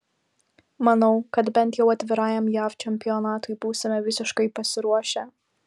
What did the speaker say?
manau kad bent jau atvirajam jav čempionatui būsime visiškai pasiruošę